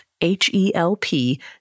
H-E-L-P